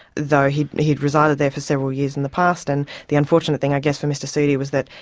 though he'd he'd resided there for several years in the past, and the unfortunate thing, i guess, for mr sudi was that,